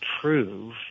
prove